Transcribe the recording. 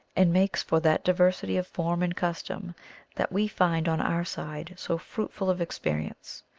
and makes for that diversity of form and custom that we find on our side so fruitful of experience.